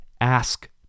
ask